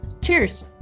Cheers